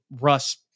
Russ